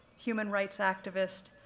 human rights activist,